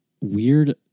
weird